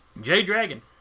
J-Dragon